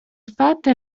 falter